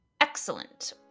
Excellent